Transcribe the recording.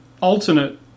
alternate